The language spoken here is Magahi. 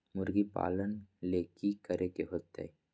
मुर्गी पालन ले कि करे के होतै?